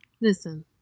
listen